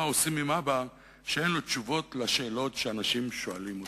מה עושים עם אבא שאין לו תשובות לשאלות שאנשים שואלים אותו?